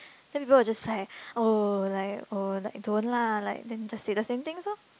then people will just like oh like oh like don't lah like then just say the same things orh